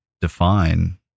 Define